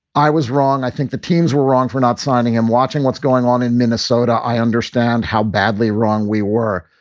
i was wrong. i think the teams were wrong for not signing him, watching what's going on in minnesota. i understand how badly wrong we were.